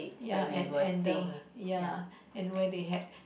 ya and and the ya and where they had